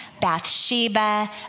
Bathsheba